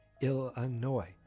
Illinois